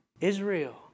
Israel